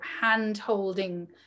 hand-holding